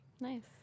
Nice